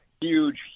huge